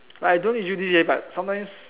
like I don't usually leh but sometimes